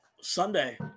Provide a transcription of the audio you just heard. Sunday